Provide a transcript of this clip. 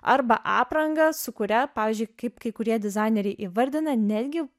arba aprangą su kuria pavyzdžiui kaip kai kurie dizaineriai įvardina netgi